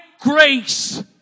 grace